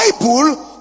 Bible